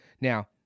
Now